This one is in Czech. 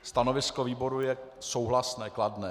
Stanovisko výboru je souhlasné, kladné.